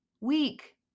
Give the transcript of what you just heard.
Weak